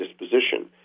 disposition